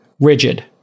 rigid